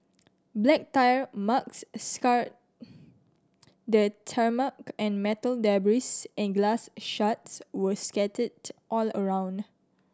black tyre marks scarred the tarmac and metal debris and glass shards were scattered all around